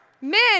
Men